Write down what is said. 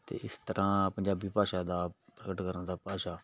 ਅਤੇ ਇਸ ਤਰ੍ਹਾਂ ਪੰਜਾਬੀ ਭਾਸ਼ਾ ਦਾ ਪ੍ਰਗਟ ਕਰਨ ਦਾ ਭਾਸ਼ਾ